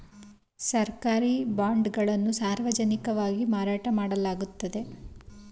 ಸರ್ಕಾರಿ ಬಾಂಡ್ ಗಳನ್ನು ಸಾರ್ವಜನಿಕವಾಗಿ ಮಾರಾಟ ಮಾಡಲಾಗುತ್ತದೆ